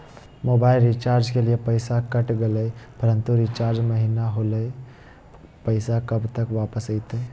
Mobile recharge के लिए पैसा कट गेलैय परंतु रिचार्ज महिना होलैय, पैसा कब तक वापस आयते?